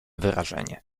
wyrażenie